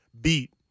beat